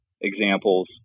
examples